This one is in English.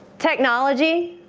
technology?